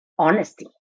honesty